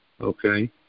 okay